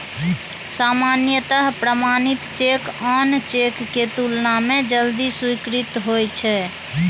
सामान्यतः प्रमाणित चेक आन चेक के तुलना मे जल्दी स्वीकृत होइ छै